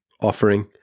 offering